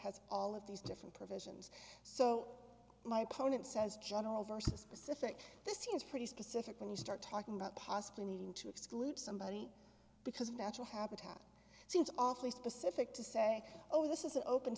has all of these different provisions so my opponent says general versus specific this seems pretty specific when you start talking about possibly needing to exclude somebody because of natural habitat it seems awfully specific to say oh this is an open